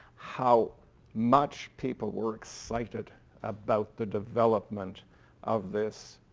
how much people were excited about the development of this